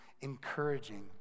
encouraging